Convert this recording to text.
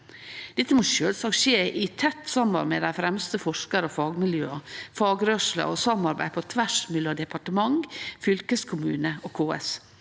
Dette må sjølvsagt skje i tett samarbeid med dei fremste forskar- og fagmiljøa, fagrørsla og i samarbeid på tvers mellom departement, fylkeskommunar og KS.